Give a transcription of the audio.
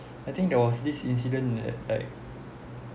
I think there was this incident that like